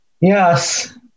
Yes